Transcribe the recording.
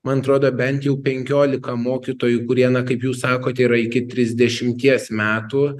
man atrodo bent jau penkiolika mokytojų kurie na kaip jūs sakot yra iki trisdešimties metų